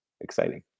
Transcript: exciting